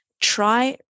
Try